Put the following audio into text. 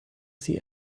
see